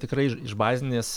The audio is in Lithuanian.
tikrai iš iš bazinės